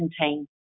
contain